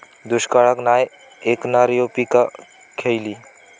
दुष्काळाक नाय ऐकणार्यो पीका खयली?